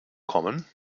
kommen